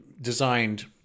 designed